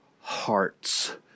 hearts